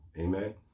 Amen